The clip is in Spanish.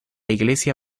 iglesia